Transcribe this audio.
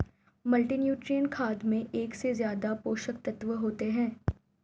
multinutrient खाद में एक से ज्यादा पोषक तत्त्व होते है